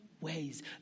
ways